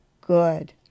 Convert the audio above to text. Good